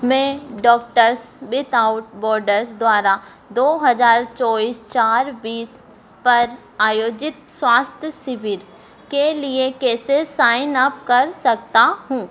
मैं Doctors Without Borders द्वारा दो हज़ार चौबीस चार बीस पर आयोजित स्वास्थ्य शिविर के लिए कैसे साइनअप कर सकता हूँ